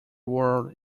world